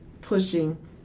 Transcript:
pushing